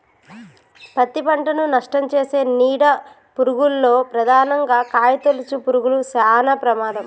పత్తి పంటను నష్టంచేసే నీడ పురుగుల్లో ప్రధానంగా కాయతొలుచు పురుగులు శానా ప్రమాదం